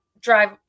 Drive